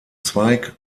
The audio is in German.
zweig